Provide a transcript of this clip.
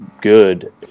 good